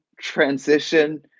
transition